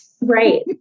Right